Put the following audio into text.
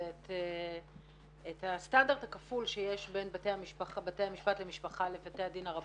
זה את הסטנדרט הכפול שיש בין בתי המשפט למשפחה ובין בתי הדין הרבניים,